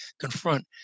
confront